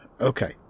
Okay